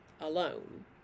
alone